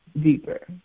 deeper